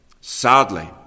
sadly